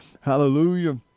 hallelujah